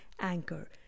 Anchor